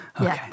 Okay